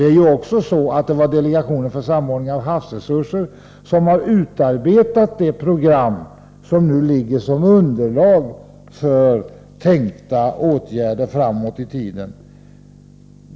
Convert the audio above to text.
Det var också så att det var delegationen för samordning av havsresurser som utarbetade det program som utgör underlag för tänkta åtgärder framåt i tiden.